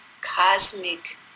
cosmic